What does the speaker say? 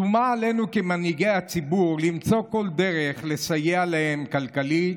שומה עלינו כמנהיגי הציבור למצוא כל דרך לסייע להם כלכלית,